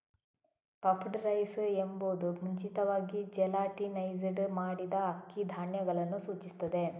puffed rice ಎಂಬುದು ಮುಂಚಿತವಾಗಿ gelatinised ಮಾಡಿದ ಅಕ್ಕಿ ಧಾನ್ಯಗಳನ್ನು ಸೂಚಿಸುತ್ತದೆ